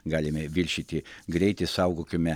galime viršyti greitį saugokime